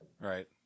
Right